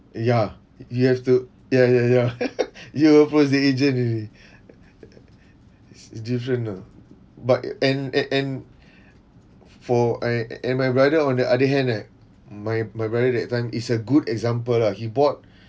ya you have to ya ya ya you approach the agent already is different ah but and a~ and for I and my brother on the other hand eh my my brother that time is a good example lah he bought